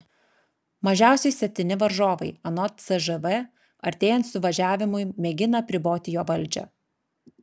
mažiausiai septyni varžovai anot cžv artėjant suvažiavimui mėgina apriboti jo valdžią